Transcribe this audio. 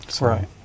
Right